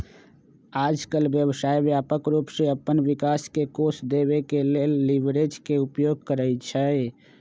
याजकाल व्यवसाय व्यापक रूप से अप्पन विकास के कोष देबे के लेल लिवरेज के उपयोग करइ छइ